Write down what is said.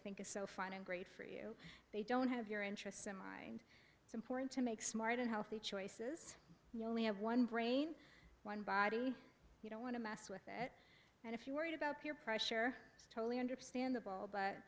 think is so fine and great for you they don't have your interests in mind it's important to make smart and healthy choices only have one brain one body you don't want to mess with it and if you're worried about peer pressure totally understandable but